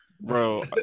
bro